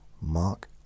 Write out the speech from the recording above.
Mark